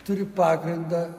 turi pagrindą